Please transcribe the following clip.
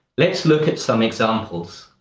let's look at some examples.